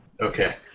Okay